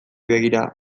begira